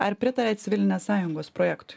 ar pritariate civilinės sąjungos projektui